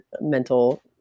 mental